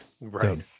Right